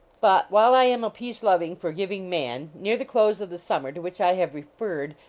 but while i am a peace-loving, forgiving man, near the close of the summer to which i have referred,